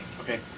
Okay